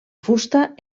fusta